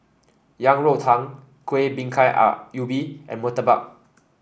Yang Rou Tang Kuih Bingka Ubi and murtabak